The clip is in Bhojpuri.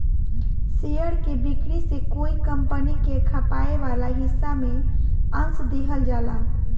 शेयर के बिक्री से कोई कंपनी के खपाए वाला हिस्सा में अंस दिहल जाला